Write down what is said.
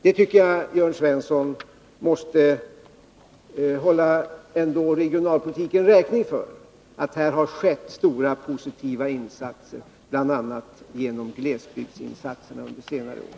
Jag tycker att Jörn Svensson ändå måste hålla regionalpolitiken räkning för att det här har skett stora positiva insatser, bl.a. genom glesbygdsinsatserna under senare år.